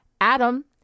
Adam